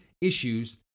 issues